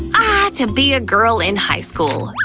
to be a girl in high school.